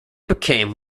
became